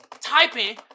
typing